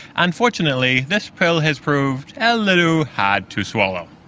unfortunately this pill has proved a little hard to swallow.